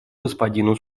господину